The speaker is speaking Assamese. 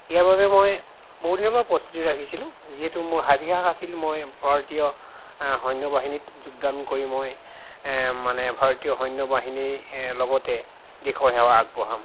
ইয়াৰ বাবে মই বহুদিনৰ পৰা প্ৰস্তুতি ৰাখিছিলোঁ যিহেতু মোৰ হাবিয়াস আছিল মই ভাৰতীয় সৈন্য বাহিনীত যোগদান কৰি মই মানে ভাৰতীয় সৈন্য বাহিনীৰ লগতে দেশৰ সেৱা আগবঢ়াম